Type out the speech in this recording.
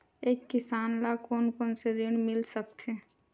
एक किसान ल कोन कोन से ऋण मिल सकथे?